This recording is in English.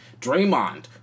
Draymond